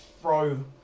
throw